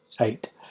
Eight